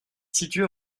située